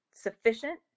sufficient